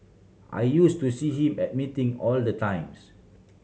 I use to see him at meeting all the times